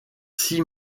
six